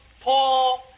Paul